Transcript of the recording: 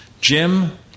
Jim